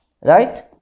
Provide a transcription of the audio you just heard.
Right